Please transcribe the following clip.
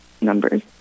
numbers